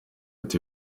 ati